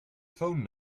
phone